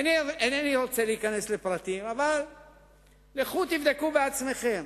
אינני רוצה להיכנס לפרטים, אבל לכו תבדקו בעצמכם.